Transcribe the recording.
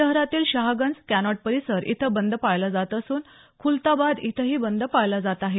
शहरातील शहागंज कॅनाट परिसर इथं बंद पाळला जात असून खुल्ताबाद इथंही बंद पाळला जात आहे